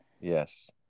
yes